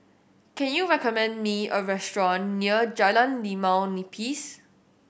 can you recommend me a restaurant near Jalan Limau Nipis